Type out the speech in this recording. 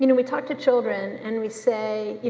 you know we talk to children and we say,